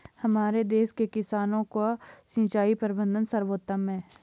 हमारे देश के किसानों का सिंचाई प्रबंधन सर्वोत्तम है